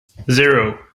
zero